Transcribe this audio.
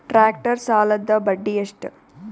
Tractor ಸಾಲದ್ದ ಬಡ್ಡಿ ಎಷ್ಟ?